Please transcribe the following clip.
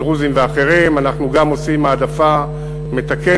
דרוזיים ואחרים אנחנו גם עושים העדפה מתקנת,